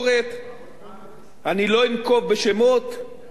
אני לא אנקוב בשמות אבל מי שעולה כאן על